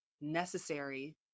necessary